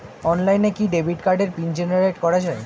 অনলাইনে কি ডেবিট কার্ডের পিন জেনারেট করা যায়?